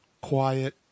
quiet